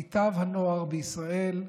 מיטב הנוער בישראל,